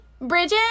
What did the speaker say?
Bridget